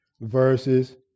verses